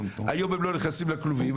היום הם לא נכנסים לכלובים,